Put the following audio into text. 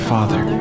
Father